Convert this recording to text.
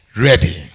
ready